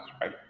right